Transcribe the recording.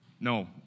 No